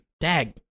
Dag